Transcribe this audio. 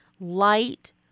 light